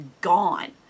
gone